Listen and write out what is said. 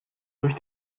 durch